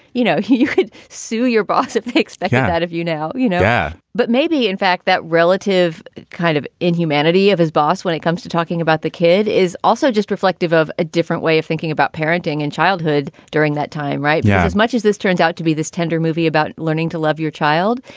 you know, you could sue your boss if he expects that of you now, you know. yeah but maybe, in fact, that relative kind of inhumanity of his boss when it comes to talking about the kid is also just reflective of a different way of thinking about parenting in childhood. during that time. right. yeah. as much as this turns out to be this tender movie about learning to love your child.